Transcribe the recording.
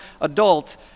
adult